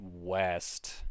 West